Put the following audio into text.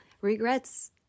regrets